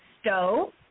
stove